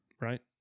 right